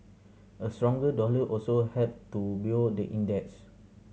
a stronger dollar also helped to buoy the index